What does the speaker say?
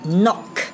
knock